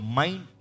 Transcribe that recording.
mind